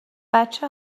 بچه